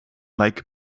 like